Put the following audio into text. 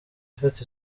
ifata